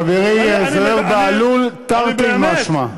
חברי זוהיר בהלול, תרתי משמע.